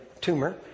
tumor